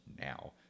Now